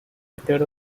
method